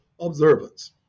observance